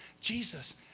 Jesus